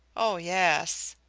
oh yes.